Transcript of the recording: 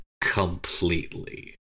completely